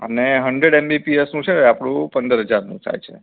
અને hundred MB પીએસનું છેને આપળૂ પંદર હજારનું થાય છે